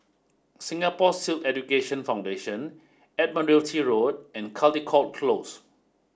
Singapore Sikh Education Foundation Admiralty Road and Caldecott Close